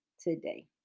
today